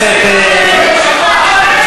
מספיק.